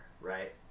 right